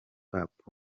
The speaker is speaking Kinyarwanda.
hop